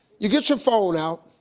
you get your phone out.